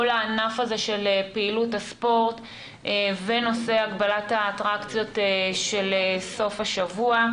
הענף הזה של פעילות הספורט ונושא הגבלת האטרקציות של סוף השבוע.